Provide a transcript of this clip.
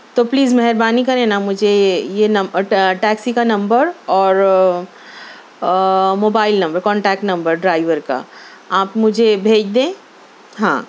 تو پلیز مہربانی کریں نا مجھے یہ ٹیکسی کا نمبر اور mobile number contact number driver کا آپ مجھے بھیج دیں ہاں